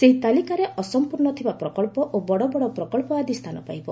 ସେହି ତାଲିକାରେ ଅସମ୍ପର୍ଣ୍ଣ ଥିବା ପ୍ରକଳ୍ପ ଓ ବଡ଼ ବଡ଼ ପ୍ରକଳ୍ପ ଆଦି ସ୍ଥାନ ପାଇବ